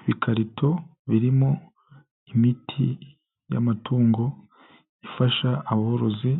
Ibikarito birimo imiti y'amatungo ifasha aborozi